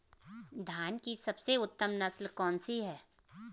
धान की सबसे उत्तम नस्ल कौन सी है?